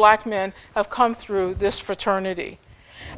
black men have come through this fraternity